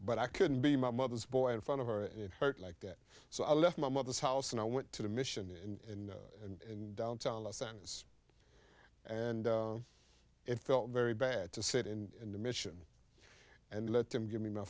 but i couldn't be my mother's boy in front of her and it hurt like that so i left my mother's house and i went to the mission in downtown los angeles and it felt very bad to sit in the mission and let them give me